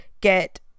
get